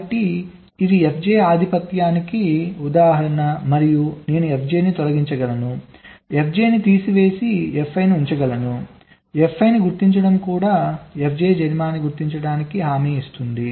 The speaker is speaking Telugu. కాబట్టి ఇవి fj ఆధిపత్యానికి ఉదాహరణ మరియు నేను fj ని తొలగించగలను fj ను తీసివేసి fi ని ఉంచగలను fi ని గుర్తించడం కూడా fj జరిమానాను గుర్తించటానికి హామీ ఇస్తుంది